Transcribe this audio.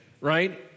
right